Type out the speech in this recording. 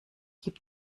gibt